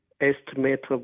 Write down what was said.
estimate